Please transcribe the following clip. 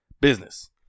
Business